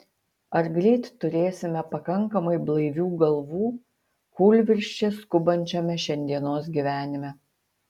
ar greit turėsime pakankamai blaivių galvų kūlvirsčia skubančiame šiandienos gyvenime